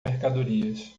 mercadorias